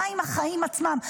מה עם החיים עצמם?